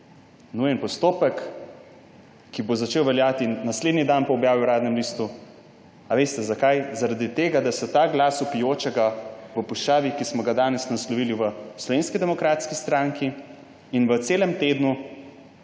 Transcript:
Nujni postopek, ki bo začel veljati naslednji dan po objavi v Uradnem listu. A veste, zakaj? Zaradi tega da se ta glas vpijočega v puščavi, ki smo ga danes naslovili v Slovenski demokratski stranki in v celem tednu